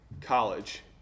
college